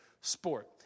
sport